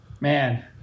man